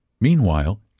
Meanwhile